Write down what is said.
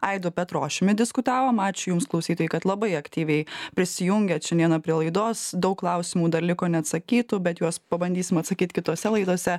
aidu petrošiumi diskutavom ačiū jums klausytojai kad labai aktyviai prisijungėt šiandieną prie laidos daug klausimų dar liko neatsakytų bet juos pabandysim atsakyti kitose laidose